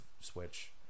Switch